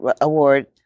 award